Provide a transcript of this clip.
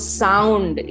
sound